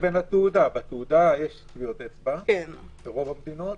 בתעודה יש טביעות אצבע ברוב המדינות.